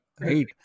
right